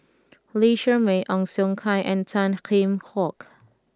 Lee Shermay Ong Siong Kai and Tan Kheam Hock